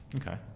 Okay